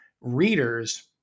readers